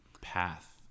path